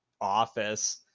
office